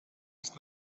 ist